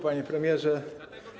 Panie Premierze!